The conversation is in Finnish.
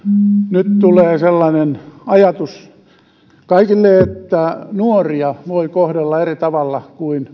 nyt tulee sellainen ajatus kaikille että nuoria voi kohdella eri tavalla kuin